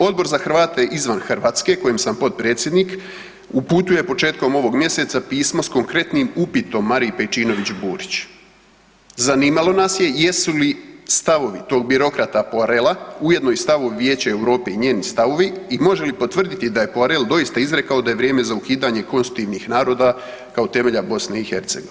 Odbor za Hrvate izvan Hrvatske kojem sam potpredsjednik uputio je početkom ovog mjeseca pismo s konkretnim upitom Mariji Pejčinović Burić, zanimalo nas je jesu li stavovi tog birokrata Poirela ujedno i stavovi Vijeća Europe i njeni stavovi i može li potvrditi da je Poirel doista izrekao da je vrijeme za ukidanje konstitutivnih naroda kao temelja BiH?